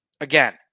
again